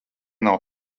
nav